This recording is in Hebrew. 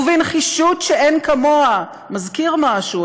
ובנחישות שאין כמוה" מזכיר משהו,